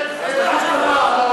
זה לא בניגוד לתקנון?